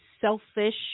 selfish